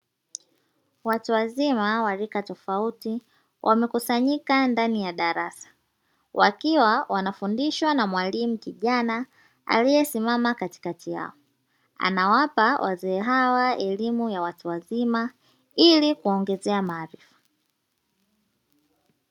Watu wazima wa rika tofauti wamekusanyika ndani ya darasa wakiwa wanafundishwa na mwalimu kijana aliyesimama katikati yao, anawapa wazee hawa elimu ya watu wazima ili kuwaongezea maarifa.